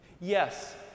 Yes